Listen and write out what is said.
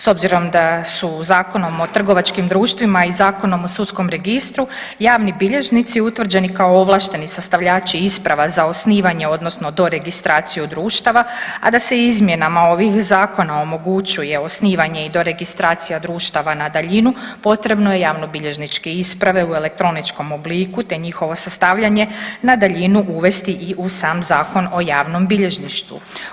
S obzirom da su Zakonom o trgovačkim društvima i Zakonom o sudskom registru javni bilježnici utvrđeni kao ovlašteni sastavljači isprava za osnivanje odnosno doregistraciju društava, a da se izmjenama ovih zakona omogućuje osnivanje i doregistracija društava na daljinu potrebno je javnobilježničke isprave u elektroničkom obliku, te njihovo sastavljanje na daljinu uvesti i u sam Zakon o javnom bilježništvu.